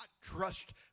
trust